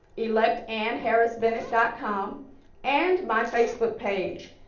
elect ann harris bennett dot-com and my facebook page,